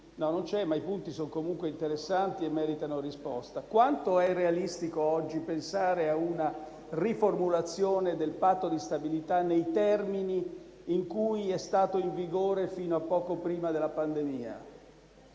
Quanto è realistico oggi pensare a una riformulazione del Patto di stabilità nei termini in cui è stato in vigore fino a poco prima della pandemia?